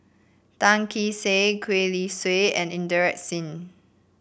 Tan Kee Sek Gwee Li Sui and Inderjit Singh